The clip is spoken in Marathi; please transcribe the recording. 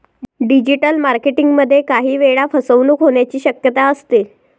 डिजिटल मार्केटिंग मध्ये काही वेळा फसवणूक होण्याची शक्यता असते